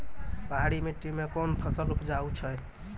पहाड़ी मिट्टी मैं कौन फसल उपजाऊ छ?